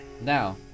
Now